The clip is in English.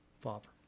father